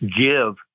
give